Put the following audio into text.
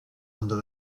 under